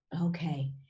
Okay